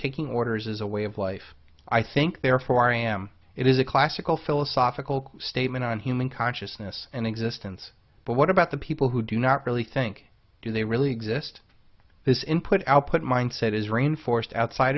taking orders is a way of life i think therefore i am it is a classical philosophical statement on human consciousness and existence but what about the people who do not really think do they really exist this input output mindset is re enforced outside